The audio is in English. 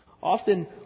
Often